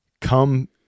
come